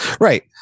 Right